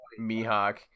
Mihawk